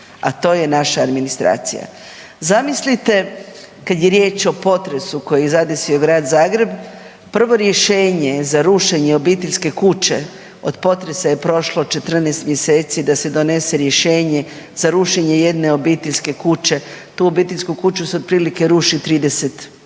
a to je naša administracija. Zamislite kad je riječ o potresu koji je zadesio Grad Zagreb, prvo rješenje za rušenje obiteljske kuće, od potresa je prošlo 14 mjeseci da se donese rješenje za rušenje jedne obiteljske kuće. Tu obiteljsku kuću se otprilike ruši 30,